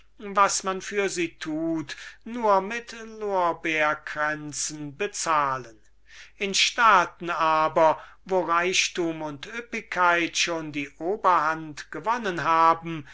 was man für sie tut nur mit lorbeerkränzen bezahlen in staaten aber wo reichtum und üppigkeit schon die oberhand gewonnen haben